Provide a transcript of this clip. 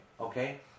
okay